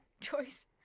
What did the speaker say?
choice